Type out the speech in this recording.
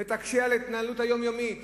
ותקשה על ההתנהלות היומיומית.